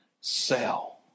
sell